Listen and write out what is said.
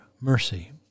Mercy